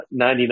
99